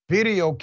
Video